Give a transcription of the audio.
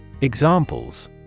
Examples